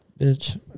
bitch